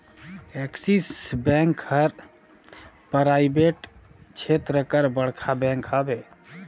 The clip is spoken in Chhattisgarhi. एक्सिस बेंक हर पराइबेट छेत्र कर बड़खा बेंक हवे